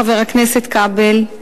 חבר הכנסת כבל,